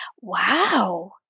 Wow